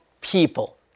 people